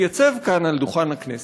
יתייצב כאן, על דוכן הכנסת,